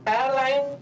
Airline